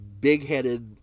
big-headed